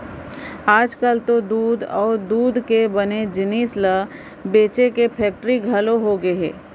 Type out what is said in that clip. आजकाल तो दूद अउ दूद के बने जिनिस ल बेचे के फेक्टरी घलौ होगे हे